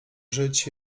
żyć